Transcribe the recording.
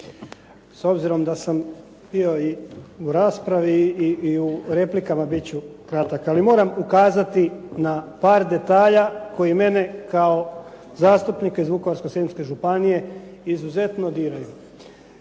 S obzirom da sam bio i u raspravi i u replikama, bit ću kratak, ali moram ukazati na par detalja koji mene kao zastupnika iz Vukovarsko-srijemske županije izuzetno diraju.